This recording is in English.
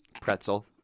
pretzel